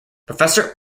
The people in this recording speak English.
professor